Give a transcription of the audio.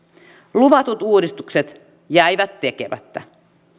luvatut uudistukset jäivät tekemättä